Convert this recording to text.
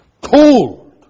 cold